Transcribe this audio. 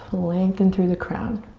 lengthen through the crown.